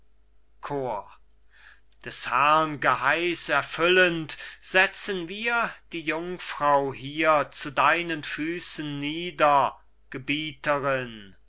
des herrn geheiß erfüllend setzen wir die jungfrau hier zu deinen füßen nieder